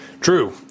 True